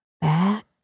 back